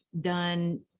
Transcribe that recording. done